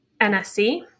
NSC